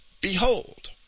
Behold